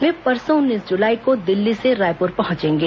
वे परसों उन्नीस जुलाई को दिल्ली से रायपुर पहुंचेंगे